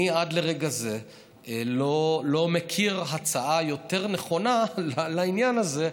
עד לרגע זה אני לא מכיר הצעה יותר נכונה לעניין הזה.